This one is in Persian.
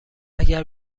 اگر